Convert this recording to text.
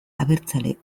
abertzale